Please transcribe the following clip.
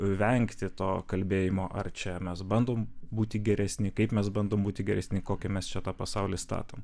vengti to kalbėjimo ar čia mes bandom būti geresni kaip mes bandom būti geresni kokį mes čia tą pasaulį statom